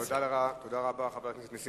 תודה רבה, חבר הכנסת נסים